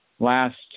last